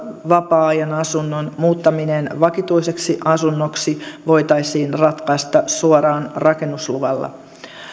vapaa ajanasunnon muuttaminen vakituiseksi asunnoksi voitaisiin ratkaista suoraan rakennusluvalla